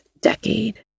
decade